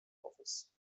office